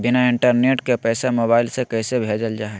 बिना इंटरनेट के पैसा मोबाइल से कैसे भेजल जा है?